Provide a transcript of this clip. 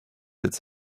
its